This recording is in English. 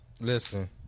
Listen